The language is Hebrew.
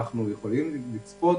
אנחנו יכולים לצפות